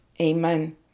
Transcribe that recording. Amen